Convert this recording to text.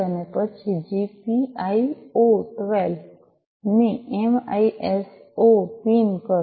અને પછી જીપીઆઈઑ ૧૨ ને એમઆઇએસઑ પિન કરો